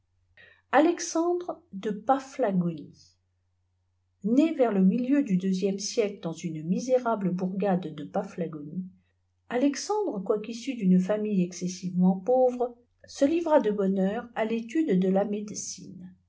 alexanduff de ppbjawnïe né vers le ïftilieu du deuxièie siècle dans une misérable bourgade de paphiagonie alejsandre quoiqu'il fût issu d'une famille excessivement pauvre se livrai de bonne heure àtêtude de la médecine